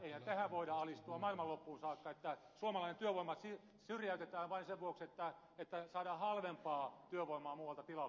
eihän tähän voida alistua maailmanloppuun saakka että suomalainen työvoima syrjäytetään vain sen vuoksi että saadaan halvempaa työvoimaa muualta tilalle